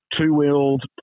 two-wheeled